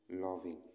loving